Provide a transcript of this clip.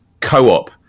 co-op